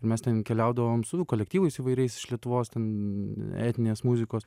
mes ten keliaudavom su kolektyvais įvairiais iš lietuvos ten etninės muzikos